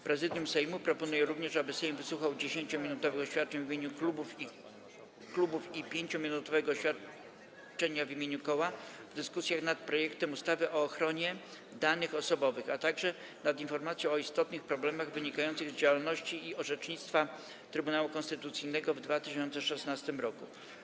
Prezydium Sejmu proponuje również, aby Sejm wysłuchał 10-minutowych oświadczeń w imieniu klubów i 5-minutowego oświadczenia w imieniu koła w dyskusjach nad: - projektem ustawy o ochronie danych osobowych, - informacją o istotnych problemach wynikających z działalności i orzecznictwa Trybunału Konstytucyjnego w 2016 r.